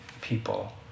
people